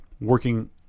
working